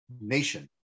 nation